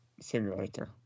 simulator